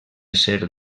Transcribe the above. ser